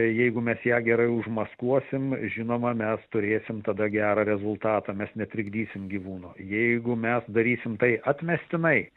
jeigu mes ją gerai užmaskuosim žinoma mes turėsim tada gerą rezultatą mes netrikdysim gyvūno jeigu mes darysim tai atmestinai